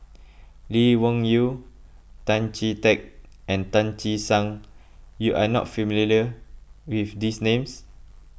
Lee Wung Yew Tan Chee Teck and Tan Che Sang you are not familiar with these names